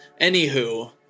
anywho